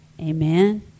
Amen